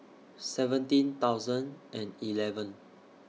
seventeen thousand and eleven